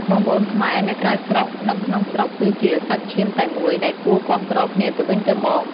បងប្អូនខ្មែរនៅក្រៅស្រុក និងក្នុងស្រុក គឺជា "សាច់ឈាមតែមួយ" ដែលគួរគាំទ្រគ្នាទៅវិញទៅមក។